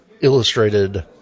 illustrated